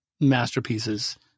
masterpieces